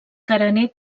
carener